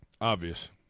Obvious